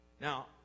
Now